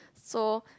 so